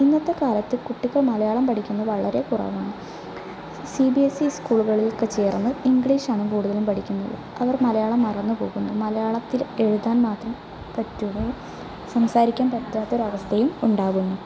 ഇന്നത്തെ കാലത്ത് കുട്ടികൾ മലയാളം പഠിക്കുന്നത് വളരെ കുറവാണ് സി ബി എസ് സി സ്കൂളുകളിൽ ഒക്കെ ചേർന്ന് ഇംഗ്ലീഷ് ആണ് കൂടുതലും പഠിക്കുന്നത് അവർ മലയാളം മറന്നു പോകുന്നു മലയാളത്തിൽ എഴുതാൻ മാത്രം പറ്റുകയും സംസാരിക്കാൻ പറ്റാത്ത ഒരവസ്ഥയും ഉണ്ടാവുന്നു